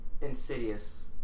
Insidious